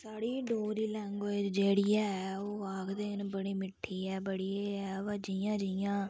साढ़ी डोगरी लैंग्वेज जेह्ड़ी ए ओह् आखदे न बड़ी मिट्ठी ऐ बड़ी ऐ पर जि'यां जि'यां